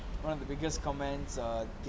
one of the biggest comments err